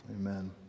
amen